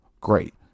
Great